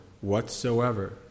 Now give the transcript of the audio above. whatsoever